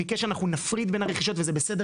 ביקש שאנחנו נפריד בין הרכישות וזה בסדר